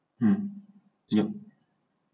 mm yup